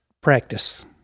practice